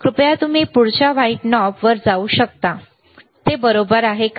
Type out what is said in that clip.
कृपया तुम्ही पुढच्या व्हाईट नॉब वर जाऊ शकता ते बरोबर आहे का